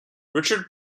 richard